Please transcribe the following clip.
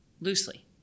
loosely